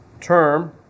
term